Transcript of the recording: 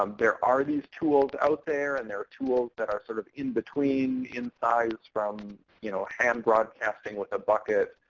um there are these tools out there, and there are tools that are sort of in between in size from you know hand broadcasting with a bucket.